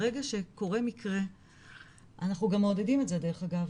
ברגע שקורה מקרה אנחנו גם מעודדים את זה דרך אגב,